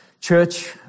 Church